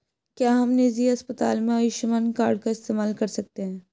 क्या हम निजी अस्पताल में आयुष्मान कार्ड का इस्तेमाल कर सकते हैं?